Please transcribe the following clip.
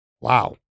Wow